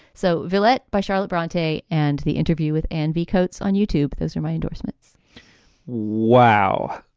so veillette by charlotte bronte and the interview with and be cote's on youtube. those are my endorsements wow.